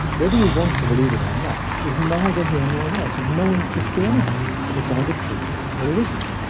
but whether you want to believe it or not is neither here nor there, it's of no interest to anybody, it's either true or it isn't,